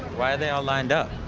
why are they all lined up?